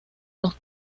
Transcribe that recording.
los